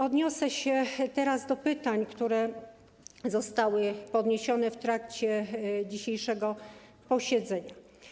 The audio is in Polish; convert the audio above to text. Odniosę się teraz do pytań, które zostały zadane w trakcie dzisiejszego posiedzenia.